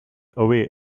away